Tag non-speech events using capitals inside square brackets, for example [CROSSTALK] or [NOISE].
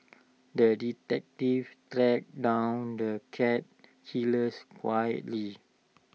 the detective tracked down the cat killers [UNINTELLIGIBLE]